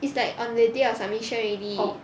it's like on the day of submission already